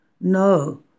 No